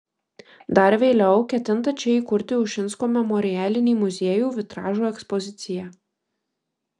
dar vėliau ketinta čia įkurti ušinsko memorialinį muziejų vitražo ekspoziciją